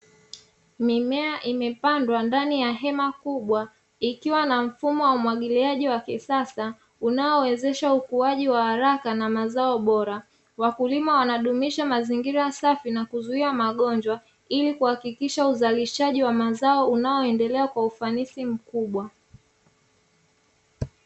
Mimea imepandwa ndani ya hema kubwa ikiwa na mfumo wa umwagiliaji wa kisasa unaowezesha ukuaji wa haraka na mazao bora. Wakulima wanadumisha mazingira safi na kuzuia magonjwa ili kuhakikisha uzalishaji wa mazao unaoendelea kwa ufanisi mkubwa.